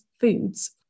foods